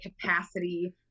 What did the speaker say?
capacity